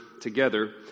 together